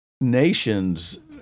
nation's